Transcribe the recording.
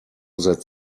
that